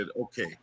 okay